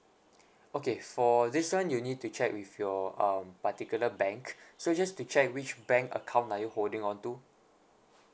okay for this one you need to check with your um particular bank so just to check which bank account are you holding onto